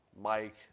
Mike